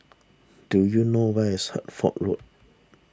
do you know where is Hertford Road